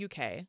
UK